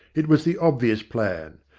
it was the obvious plan.